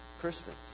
Christians